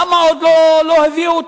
למה עוד לא הביאו אותם?